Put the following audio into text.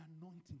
anointing